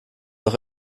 doch